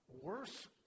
worse